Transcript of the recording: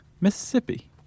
Mississippi